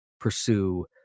pursue